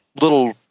little